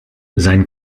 sein